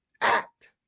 act